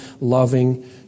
loving